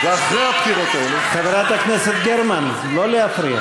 ואחרי הבחירות האלה, חברת הכנסת גרמן, לא להפריע.